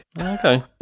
Okay